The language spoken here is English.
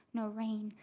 no rain,